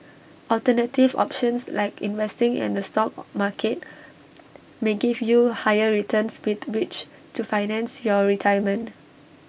alternative options like investing in the stock market may give you higher returns with which to finance your retirement